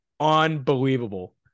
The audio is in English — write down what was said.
Unbelievable